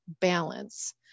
balance